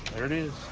there it is.